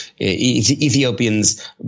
Ethiopians